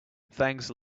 thanks